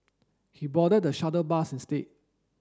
he boarded the shuttle bus instead